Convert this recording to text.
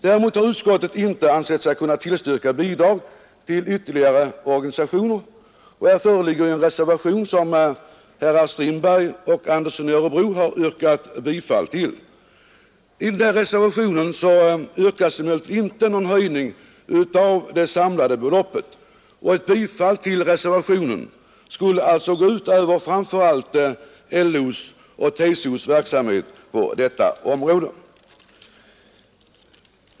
Däremot har utskottet inte ansett sig kunna tillstyrka bidrag till ytterligare organisationer, och här föreligger en reservation som herrar Strindberg och Andersson i Örebro har yrkat bifall till. I denna reservation yrkas emellertid inte någon höjning av det samlade beloppet, och ett bifall till reservationen skulle alltså gå ut över framför allt LO:s och TCO:s verksamhet på detta område.